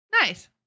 Nice